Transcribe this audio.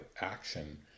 action